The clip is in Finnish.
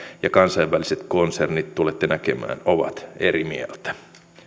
ja kansainväliset konsernit tulette näkemään ovat eri mieltä